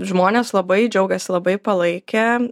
žmonės labai džiaugėsi labai palaikė